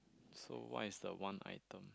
so what is the one item